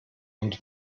und